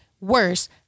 worse